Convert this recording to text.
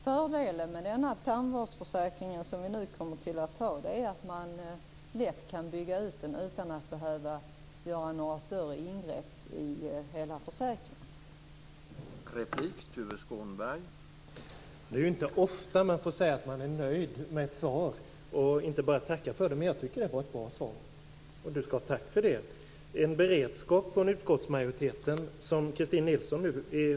Fördelen med den tandvårdsförsäkring som vi nu kommer att fatta beslut om är att den lätt kan byggas ut utan att man behöver göra några större ingrepp i försäkringen som helhet.